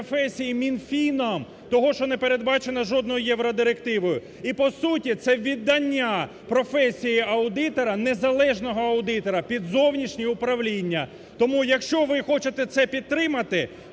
Мінфіном, того, що не передбачено жодною євродирективою. І по суті це віддання професії аудитора, незалежного аудитора, під зовнішнє управління. Тому, якщо ви хочете це підтримати,